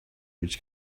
each